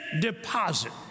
deposit